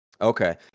Okay